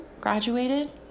graduated